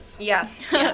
Yes